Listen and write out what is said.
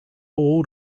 old